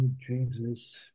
Jesus